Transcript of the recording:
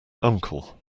uncle